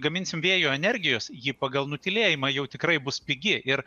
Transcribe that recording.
gaminsim vėjo energijos ji pagal nutylėjimą jau tikrai bus pigi ir